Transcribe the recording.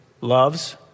loves